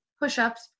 push-ups